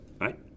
right